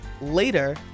later